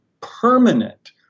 permanent